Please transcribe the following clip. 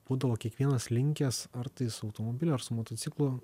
būdavo kiekvienas linkęs ar tai su automobiliu ar su motociklu